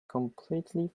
completely